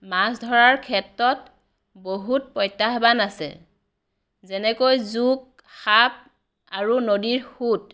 মাছ ধৰাৰ ক্ষেত্ৰত বহুত প্ৰত্যাহ্বান আছে যেনেকৈ জোক সাপ আৰু নদীৰ সোঁত